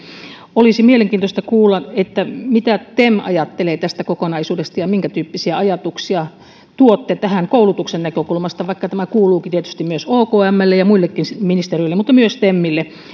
olisi mielenkiintoista kuulla mitä tem ajattelee tästä kokonaisuudesta ja minkätyyppisiä ajatuksia tuotte tähän koulutuksen näkökulmasta vaikka tämä kuuluukin tietysti myös okmlle ja muillekin ministeriöille mutta myös temille